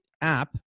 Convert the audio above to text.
app